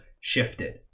shifted